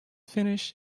finish